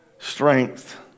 Strength